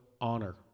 honor